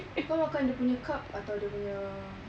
kau makan dia punya cup atau dia punya